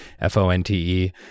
F-O-N-T-E